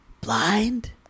blind